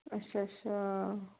ਅੱਛਾ ਅੱਛਾ